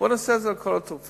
בוא נעשה את זה על כל התרופות,